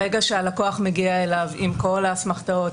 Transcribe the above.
ברגע שהלקוח מגיע אליו עם כל האסמכתאות,